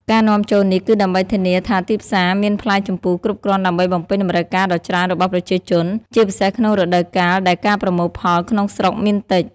ការនាំចូលនេះគឺដើម្បីធានាថាទីផ្សារមានផ្លែជម្ពូគ្រប់គ្រាន់ដើម្បីបំពេញតម្រូវការដ៏ច្រើនរបស់ប្រជាជន ជាពិសេសក្នុងរដូវកាលដែលការប្រមូលផលក្នុងស្រុកមានតិច។